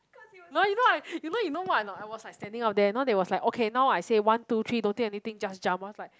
well you know what you know you know what not I was like standing out there now they now they was like okay now I say one two three don't think anything just jump I was like